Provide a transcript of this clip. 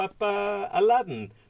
Aladdin